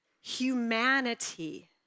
Humanity